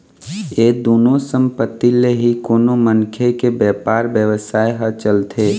ये दुनो संपत्ति ले ही कोनो मनखे के बेपार बेवसाय ह चलथे